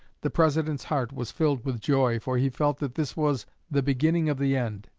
the president's heart was filled with joy, for he felt that this was the beginning of the end.